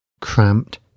cramped